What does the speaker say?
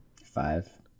Five